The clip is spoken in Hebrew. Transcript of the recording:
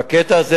בקטע זה,